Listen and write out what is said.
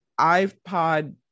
iPod